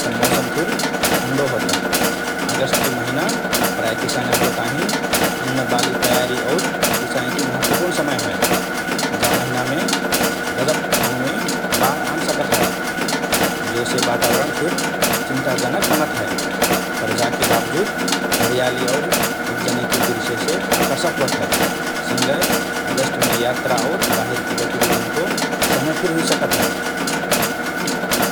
जब मौसम थुर ठन्डो होत हए । अगस्टकि महिना प्रायः किसानन्के ताहिँ अन्न बाली तयारी और सिँचाइकि महत्वपूर्ण समय हए । जा महिनामे गजब ठाउन्मे बाढ आन सकत हए, जोसे वातावरणके थुर चिन्ताजनक बनात हए पर जाकि बावजुद, हरियाली और उब्जनिकि दृश्यसे आकर्षक होत हए । सँगए, अगस्टमे यात्रा और बाहिरकि गतिविधिन्को समय फिर हुइसकत हए ।